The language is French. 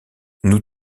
nous